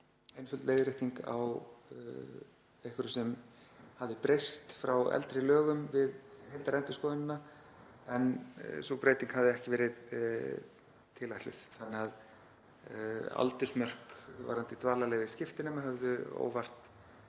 einföld leiðrétting á einhverju sem hafði breyst frá eldri lögum við heildarendurskoðunina en sú breyting hafði ekki verið tilætluð, þ.e. aldursmörk varðandi dvalarleyfi skiptinema höfðu óvart